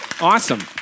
Awesome